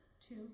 Two